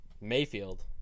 Mayfield